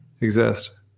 exist